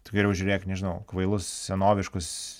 tu geriau žiūrėk nežinau kvailus senoviškus